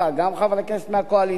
גם חברי הכנסת מהקואליציה.